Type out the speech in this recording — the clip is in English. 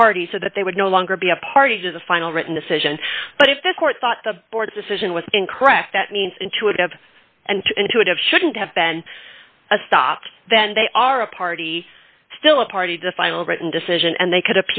party so that they would no longer be a party to the final written decision but if the court thought the board's decision was incorrect that means intuitive and intuitive shouldn't have been stopped then they are a party still a party to the final written decision and they could